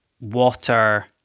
water